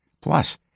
Plus